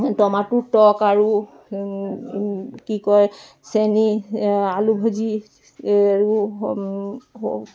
টমাটোৰ টক আৰু কি কয় চেনি আলু ভাজি